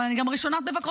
אבל אני גם ראשונת מבקרותיך.